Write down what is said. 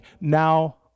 Now